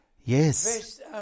Yes